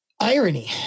irony